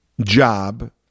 job